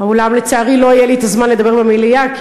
אולם לצערי לא יהיה לי זמן לדבר במליאה,